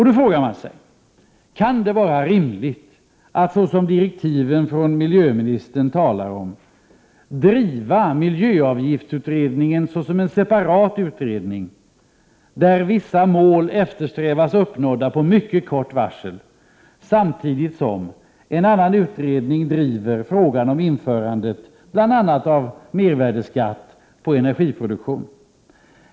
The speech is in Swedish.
Då frågar man sig: Kan det vara rimligt att, såsom direktiven från miljöministern talar om, bedriva miljöavgiftsutredningen såsom en separat utredning, där man eftersträvar att vissa mål skall uppnås med mycket kort varsel, samtidigt som en annan utredning driver frågan om införande av bl.a. mervärdeskatt på energiproduktion?